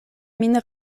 min